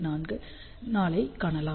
4 ஐக் காணலாம்